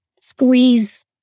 squeeze